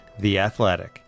theathletic